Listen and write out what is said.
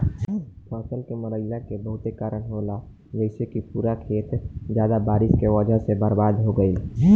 फसल के मरईला के बहुत कारन होला जइसे कि पूरा खेत ज्यादा बारिश के वजह से बर्बाद हो गईल